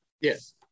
Yes